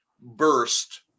burst